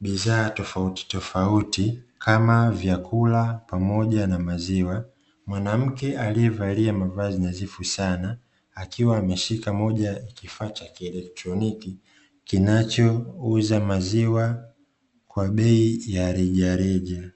bidhaa tofautitofauti kama vyakula pamoja na maziwa. Mwanamke aliyevalia mavazi nadhifu sana, akiwa ameshika moja ya kifaa cha kielektroniki; kinachouza maziwa kwa bei ya rejareja.